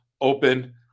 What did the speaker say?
open